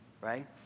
right